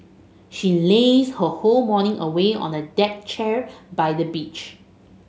she lazed her whole morning away on a deck chair by the beach